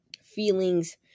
feelings